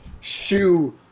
shoe